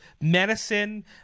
medicine